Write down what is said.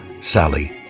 Sally